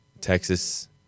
Texas